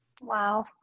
wow